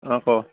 অঁ ক